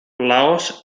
laos